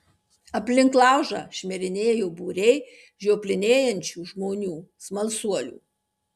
aplink laužą šmirinėjo būriai žioplinėjančių žmonių smalsuolių